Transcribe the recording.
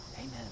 Amen